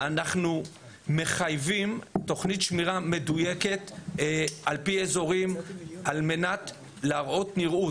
אנחנו מחייבים תוכנית שמירה מדויקת על פי אזורים על מנת להראות נראות.